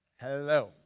Hello